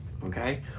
Okay